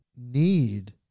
need